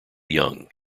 young